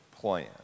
plan